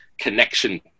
connection